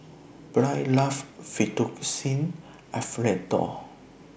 Byrd loves Fettuccine Alfredo